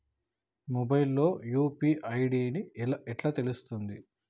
Mobile లో UPI ID ఎట్లా తెలుస్తది?